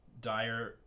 dire